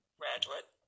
graduate